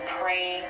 pray